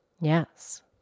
Yes